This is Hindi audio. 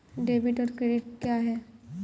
डेबिट और क्रेडिट क्या है?